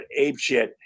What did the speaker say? apeshit